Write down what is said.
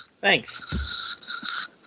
Thanks